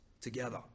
together